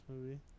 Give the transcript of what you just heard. movie